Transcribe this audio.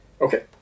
Okay